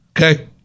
Okay